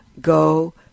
go